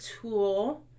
tool